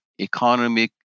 economic